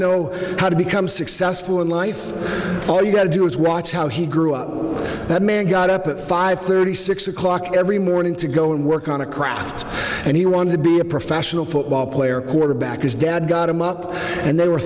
know how to become successful in life all you got to do is watch how he grew up that man got up at five thirty six o'clock every morning to go and work on a craft and he wanted to be a professional football player quarterback his dad got him up and they were